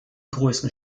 größten